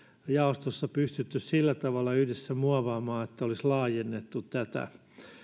jaostossa pystytty sillä tavalla yhdessä muovaamaan että olisi laajennettu tätä